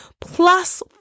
plus